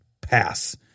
pass